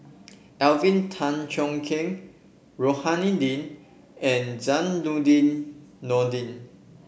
Alvin Tan Cheong Kheng Rohani Din and Zainudin Nordin